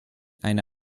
eine